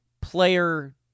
player